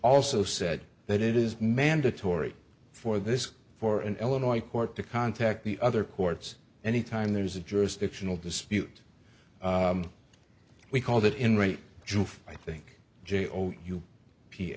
also said that it is mandatory for this for an illinois court to contact the other courts any time there's a jurisdictional dispute we called it in rape i think j o u p